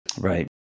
Right